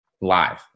live